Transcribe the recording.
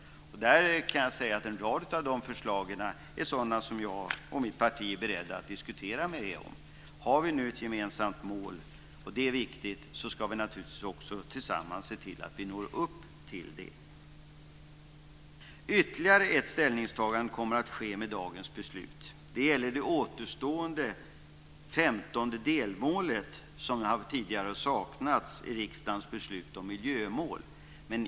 En rad av de förslagen är sådant som jag och mitt parti är beredda att diskutera med er om. Har vi nu ett gemensamt mål - och det är viktigt - ska vi naturligtvis också tillsammans se till att vi når upp till det. Ytterligare ett ställningstagande kommer att ske med dagens beslut. Det gäller det återstående femtonde delmålet som tidigare saknats i riksdagens beslut om miljömål.